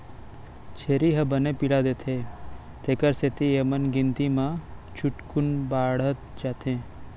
छेरी ह बने पिला देथे तेकर सेती एमन गिनती म झटकुन बाढ़त जाथें